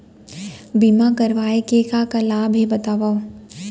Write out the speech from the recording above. बीमा करवाय के का का लाभ हे बतावव?